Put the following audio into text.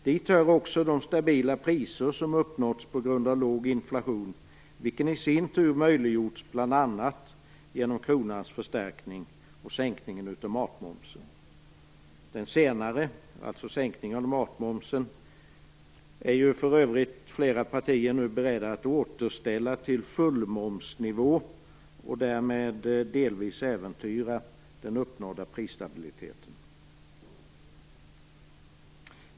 Dit hör också de stabila priser som uppnåtts på grund av låg inflation, vilken i sin tur möjliggjorts bl.a. genom kronans förstärkning och sänkningen av matmomsen. Den senare är för övrigt flera partier nu beredda att återställa till fullmomsnivå, och därmed delvis äventyra den uppnådda prisstabiliteten.